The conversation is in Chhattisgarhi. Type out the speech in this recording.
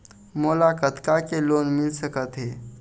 मोला कतका के लोन मिल सकत हे?